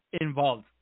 involved